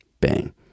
Bang